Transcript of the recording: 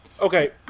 okay